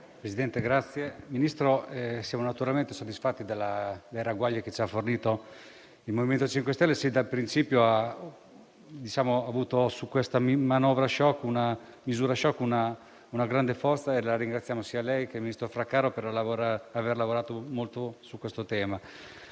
Signor Ministro, siamo naturalmente soddisfatti dei ragguagli che ci ha fornito. Il MoVimento 5 Stelle, sin dal principio, ha riconosciuto in questa misura *shock* una grande forza e ringraziamo sia lei che il ministro Fraccaro per aver lavorato molto su questo tema.